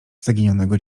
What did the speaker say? zaginionego